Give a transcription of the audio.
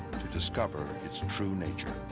to discover its true nature.